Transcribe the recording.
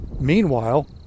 Meanwhile